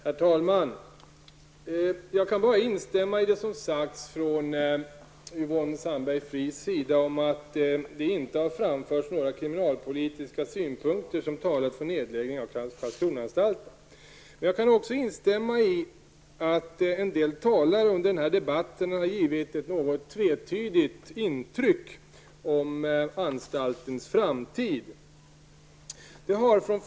Herr talman! Jag instämmer i det som sagts från Yvonne Sandberg-Fries sida att det inte har framförts några kriminalpolitiska synpunkter som talar för en nedläggning av Karlskronaanstalten. Jag kan också instämma i att en del talare under denna debatt har givit ett något tvetydigt intryck omo vad de anser om anstaltens framtid.